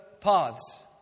paths